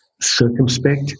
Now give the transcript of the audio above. circumspect